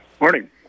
Morning